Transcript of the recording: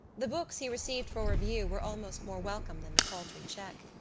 the books he received for review were almost more welcome than the paltry cheque.